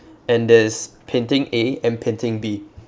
and there's painting A and painting B